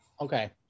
Okay